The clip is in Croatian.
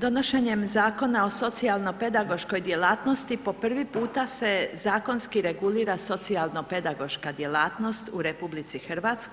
Donošenjem Zakona o socijalno pedagoškoj djelatnosti po prvi puta se zakonski regulira socijalno pedagoška djelatnost u RH,